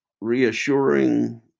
reassuring